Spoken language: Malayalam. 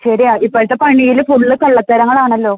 ശരിയാണ് ഇപ്പോഴത്തെ പണിയിൽ ഫുള്ള് കള്ളത്തരങ്ങളാണല്ലോ